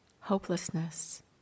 hopelessness